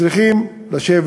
צריכים לשבת.